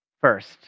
First